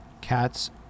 cats